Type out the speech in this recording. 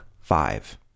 Five